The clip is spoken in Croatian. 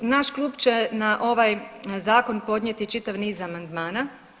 Naš klub će na ovaj zakon podnijeti čitav niz amandmana.